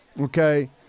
Okay